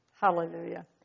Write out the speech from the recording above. Hallelujah